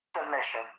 submission